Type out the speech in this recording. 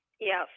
Yes